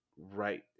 Right